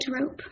rope